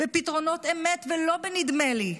בפתרונות אמת ולא בנדמה לי,